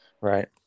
Right